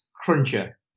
Cruncher